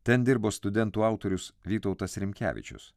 ten dirbo studentų autorius vytautas rimkevičius